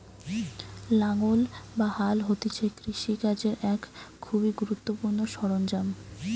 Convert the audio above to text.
লাঙ্গল বা হাল হতিছে কৃষি কাজের এক খুবই গুরুত্বপূর্ণ সরঞ্জাম